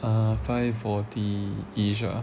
uh five forty ah